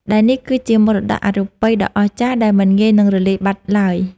ដែលនេះគឺជាមរតកអរូបិយដ៏អស្ចារ្យដែលមិនងាយនឹងរលាយបាត់ឡើយ។